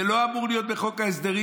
זה לא אמור להיות בחוק ההסדרים,